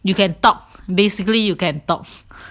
you can talk basically you can talk